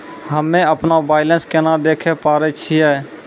हम्मे अपनो बैलेंस केना देखे पारे छियै?